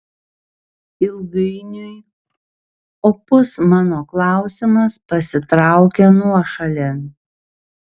ilgainiui opus mano klausimas pasitraukė nuošalėn